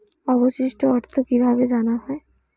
অবশিষ্ট অর্থ কিভাবে জানা হয়?